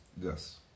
Yes